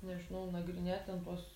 nežinau nagrinėt ten tuos